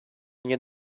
nie